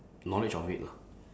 knowledge of it lah